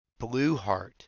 Blueheart